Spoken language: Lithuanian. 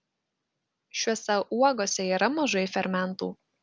šiose uogose yra mažai fermentų